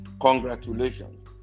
congratulations